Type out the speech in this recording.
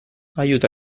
aiuta